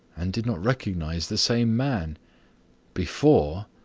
and did not recognize the same man before,